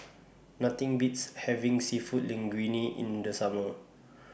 Nothing Beats having Seafood Linguine in The Summer